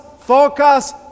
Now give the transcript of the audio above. focus